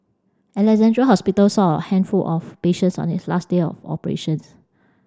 Alexandra Hospital saw a handful of patients on its last day of operations